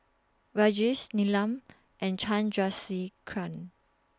Rajesh Neelam and Chandrasekaran